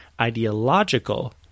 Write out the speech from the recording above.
ideological